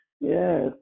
Yes